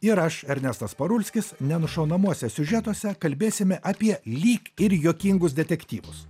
ir aš ernestas parulskis nenušaunamuose siužetuose kalbėsime apie lyg ir juokingus detektyvus